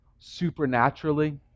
supernaturally